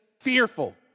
fearful